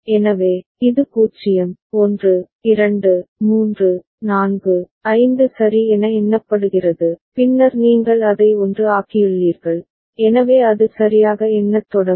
எனவே இது 0 1 2 3 4 5 சரி என எண்ணப்படுகிறது பின்னர் நீங்கள் அதை 1 ஆக்கியுள்ளீர்கள் எனவே அது சரியாக எண்ணத் தொடங்கும்